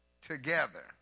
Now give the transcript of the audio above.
together